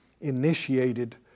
initiated